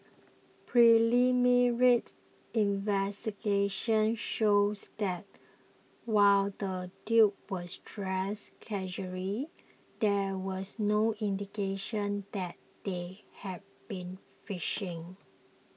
investigations shows that while the duo were dressed casually there was no indication that they had been fishing